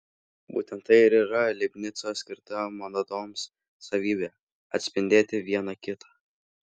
būtent tai ir yra leibnico skirta monadoms savybė atspindėti viena kitą